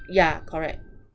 ya correct